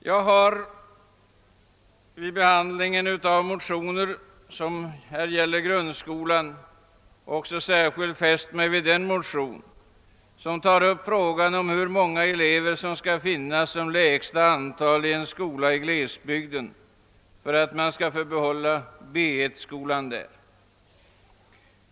Jag har även vid behandlingen av motioner om grundskolan särskilt fäst mig vid den motion som tar upp frågan om lägsta antal elever i glesbygden för att B 1-skolan skall få behållas.